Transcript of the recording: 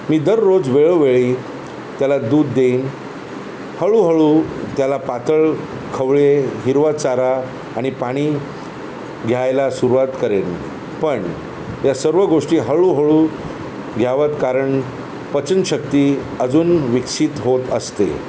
मी दररोज वेळोवेळी त्याला दूध देईन हळूहळू त्याला पातळ खवळे हिरवाचारा आणि पाणी घ्यायला सुरुवात करेन पण या सर्व गोष्टी हळूहळू घ्याव्यात कारण पचनशक्ती अजून विकसित होत असते